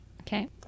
okay